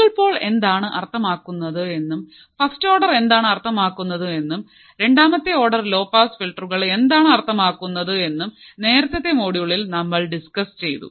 single pole എന്താണ് അർത്ഥമാക്കുന്നത് എന്നും ഫസ്റ്റ് ഓർഡർ എന്താണ് അർത്ഥമാക്കുന്നത് എന്നും രണ്ടാമത്തെ ഓർഡർ ലോ പാസ് ഫിൽട്ടറുകൾ എന്താണ് അർത്ഥമാക്കുന്നത് എന്നും നേർത്തത്തെ മൊഡ്യൂളിൽ നമ്മൾ ഡിസ്കസ് ചെയ്തു